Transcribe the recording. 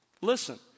Listen